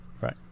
Right